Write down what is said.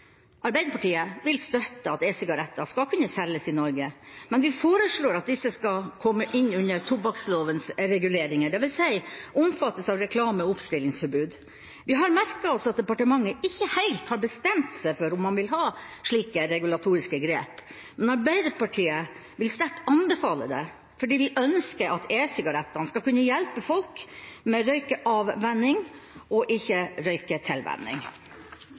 Arbeiderpartiet vil støtte at e-sigaretter skal kunne selges i Norge, men vi foreslår at de skal komme inn under tobakksskadelovens reguleringer, dvs. omfattes av reklame- og oppstillingsforbud. Vi har merket oss at departementet ikke helt har bestemt seg for om man vil ha slike regulatoriske grep, men Arbeiderpartiet vil sterkt anbefale det fordi vi ønsker at e-sigarettene skal kunne hjelpe folk med røykeavvenning – og ikke